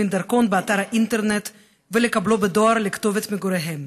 דרכון באתר האינטרנט ולקבלו בדואר לכתובת מגוריהם.